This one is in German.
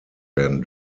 werden